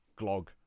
Glog